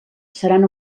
seran